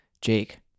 Jake